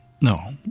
No